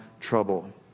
trouble